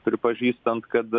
pripažįstant kad